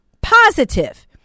positive